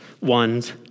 ones